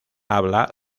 habla